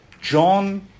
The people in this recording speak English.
John